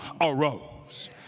arose